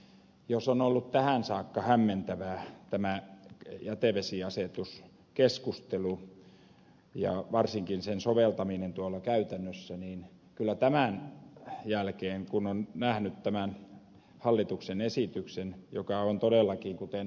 jos on ollut tähän saakka hämmentävää tämä jätevesiasetuskeskustelu ja varsinkin sen soveltaminen käytännössä niin kyllä tämän jälkeen kun on nähnyt tämän hallituksen esityksen joka on todellakin kuten ed